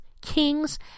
kings